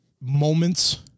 moments